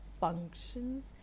functions